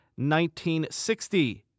1960